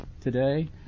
today